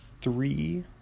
three